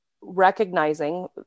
recognizing